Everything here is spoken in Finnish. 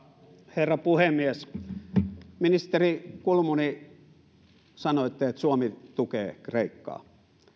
herra puhemies ministeri kulmuni sanoitte että suomi tukee kreikkaa